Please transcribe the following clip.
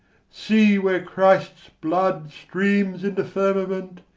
see, where christ's blood streams in the firmament!